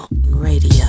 radio